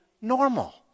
normal